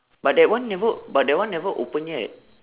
but that one never but that one never open yet